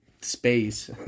space